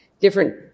different